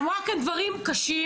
אמרה כאן דברים קשים.